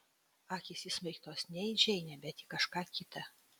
akys įsmeigtos ne į džeinę bet į kažką kitą